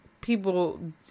people